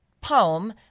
poem